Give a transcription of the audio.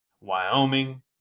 wyoming